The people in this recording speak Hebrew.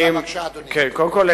קודם כול,